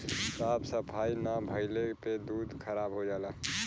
साफ सफाई ना भइले पे दूध खराब हो जाला